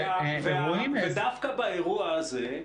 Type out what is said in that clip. ודווקא באירוע הזה,